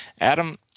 Adam